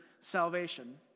salvation